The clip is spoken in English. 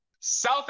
South